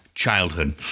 childhood